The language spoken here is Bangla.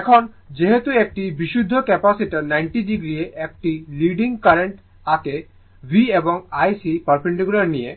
এখন যেহেতু একটি বিশুদ্ধ ক্যাপাসিটার 90o এ একটি লিডিং কারেন্ট আঁকে V এবং IC পারপেন্ডিকুলার নিয়ে